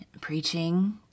preaching